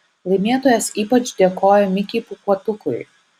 laimėtojas ypač dėkojo mikei pūkuotukui